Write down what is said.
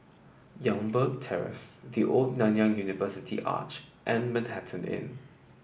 Youngberg Terrace The Old Nanyang University Arch and Manhattan Inn